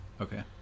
Okay